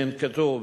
שננקטו,